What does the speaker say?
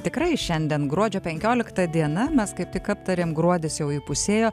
tikrai šiandien gruodžio penkiolikta diena mes kaip tik aptarėm gruodis jau įpusėjo